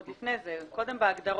בהגדרות,